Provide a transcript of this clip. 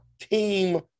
team